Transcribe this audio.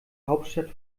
hauptstadt